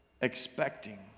Expecting